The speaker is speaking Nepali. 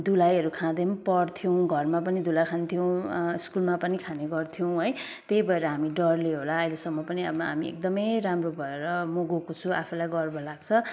धुलाईहरू खादै पनि पढ्थ्यौँ घरमा पनि धुलाई खान्थ्यौँ स्कुलमा पनि खाने गर्थ्यौँ है त्यही भएर हामी डरले होला अहिलेसम्म पनि अब हामी एकदमै राम्रो भएर म गएको छु आफुलाई गर्व लाग्छ